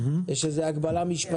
יש איזו הגבלה משפטית.